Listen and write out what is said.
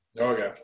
Okay